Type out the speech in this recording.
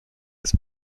des